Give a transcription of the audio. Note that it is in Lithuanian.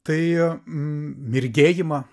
tai mirgėjimą